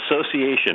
association